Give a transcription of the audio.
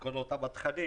כל אותם התכנים